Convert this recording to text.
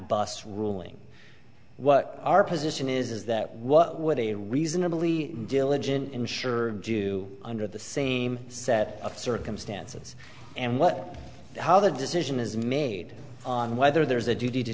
bus ruling what our position is that what would a reasonably diligent insured do under the same set of circumstances and what how the decision is made on whether there's a duty to